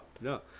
no